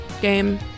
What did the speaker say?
game